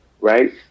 right